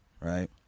right